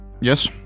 Yes